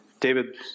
David